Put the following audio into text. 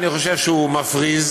אני חושב שהוא מפריז.